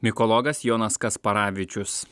mikologas jonas kasparavičius